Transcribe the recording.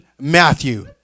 Matthew